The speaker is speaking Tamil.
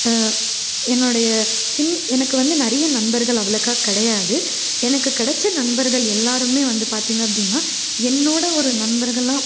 என்னுடைய சின் எனக்கு வந்து நிறைய நண்பர்கள் அவ்வளோக்கா கிடையாது எனக்கு கிடச்ச நண்பர்கள் எல்லோருமே வந்து பார்த்தீங்க அப்படின்னா என்னோடய ஒரு நண்பர்களாக